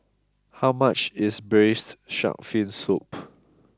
how much is Braised Shark Fin Soup